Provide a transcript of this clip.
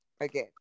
again